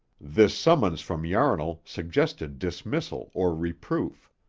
this summons from yarnall suggested dismissal or reproof.